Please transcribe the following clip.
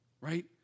right